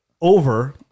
over